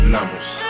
Numbers